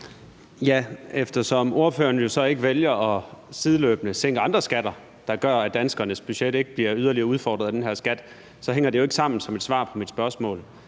Eftersom ordføreren jo så ikke vælger sideløbende at sænke andre skatter, der gør, at danskernes budget ikke bliver yderligere udfordret af den her skat, så hænger det jo ikke sammen som et svar på mit spørgsmål.